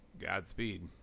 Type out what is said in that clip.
Godspeed